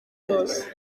yose